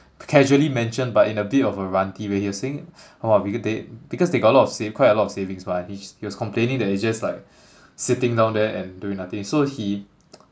casually mentioned but in a bit of a ranty way he was saying !wah! because they because they got a lot of sa~ quite a lot of savings mah he's he was complaining that it's just like sitting down there and doing nothing so he